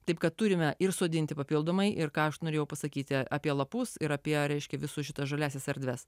taip kad turime ir sodinti papildomai ir ką aš norėjau pasakyti apie lapus ir apie reiškia visus šitas žaliąsias erdves